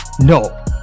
No